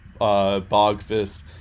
Bogfist